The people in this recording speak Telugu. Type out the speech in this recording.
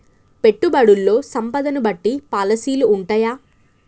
పెట్టుబడుల్లో సంపదను బట్టి పాలసీలు ఉంటయా?